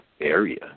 area